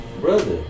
brother